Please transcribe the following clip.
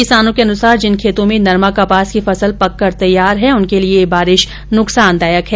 किसानों के अनुसार जिन खेतों में नरमा कपास की फसल पककर तैयार है उनके लिए ये बारिश नुकसानदायक है